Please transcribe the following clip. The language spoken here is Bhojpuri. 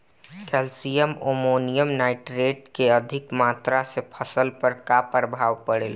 कैल्शियम अमोनियम नाइट्रेट के अधिक मात्रा से फसल पर का प्रभाव परेला?